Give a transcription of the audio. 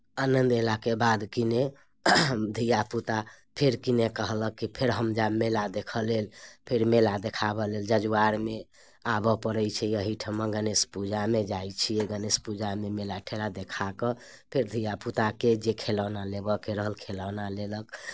आनन्द अयलाके बाद किने धियापुता फेर किने कहलक कि फेर हम जायब मेला देखय लेल फेर मेला देखाबय लेल जजुआरमे आबय पड़ैत छै एहिठिमा गणेश पूजामे जाइत छियै गणेश पूजामे मेला ठेला देखा कऽ फेर धियापुताके जे खेलौना लेबयके रहल खेलौना लेलक